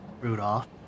Rudolph